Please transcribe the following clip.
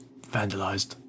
vandalized